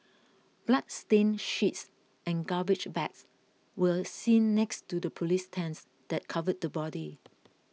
bloodstained sheets and garbage bags were seen next to the police tents that covered the body